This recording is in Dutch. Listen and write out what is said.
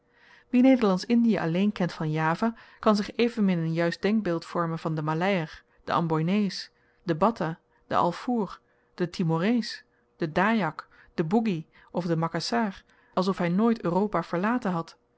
nederlandsch indie alleen kent van java kan zich evenmin een juist denkbeeld vormen van den maleier den amboinees den battah den alfoer den timorees den dajak den boegie of den makassaar alsof hy nooit europa verlaten had